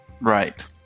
Right